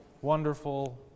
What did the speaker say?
wonderful